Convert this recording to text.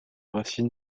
racine